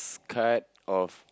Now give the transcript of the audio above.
card of